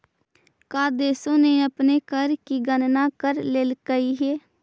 का देशों ने अपने कर की गणना कर लेलकइ हे